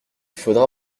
faudra